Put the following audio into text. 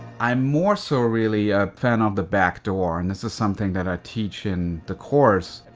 i'm more so really a fan of the backdoor, and this is something that i teach in the course.